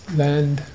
land